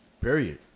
Period